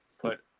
put